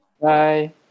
Bye